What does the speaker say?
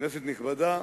כנסת נכבדה,